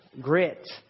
grit